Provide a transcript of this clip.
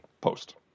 Post